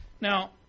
Now